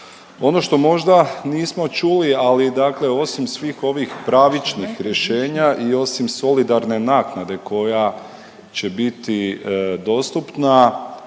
Ono što možda nismo čuli ali dakle osim svih ovih pravičnih rješenja i osim solidarne naknade koja će biti dostupna,